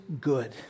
good